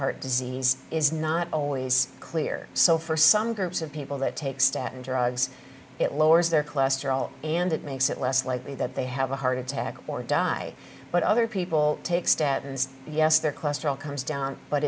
heart disease is not always clear so for some groups of people that take staten drugs it lowers their cholesterol and it makes it less likely that they have a heart attack or die but other people take statens yes they're cluster all comes down but